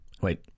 Wait